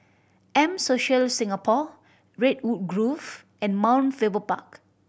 M Social Singapore Redwood Grove and Mount Faber Park